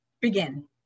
begin